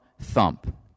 thump